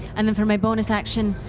and then for my bonus action,